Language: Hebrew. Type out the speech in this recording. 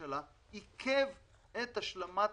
אני רוצה להסביר מה קרה לעכו.